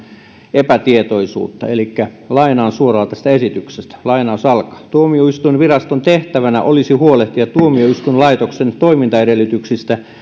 epätietoisuutta elikkä lainaan suoraan tästä esityksestä tuomioistuinviraston tehtävänä olisi huolehtia tuomioistuinlaitoksen toimintaedellytyksistä